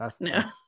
No